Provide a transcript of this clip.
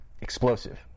Explosive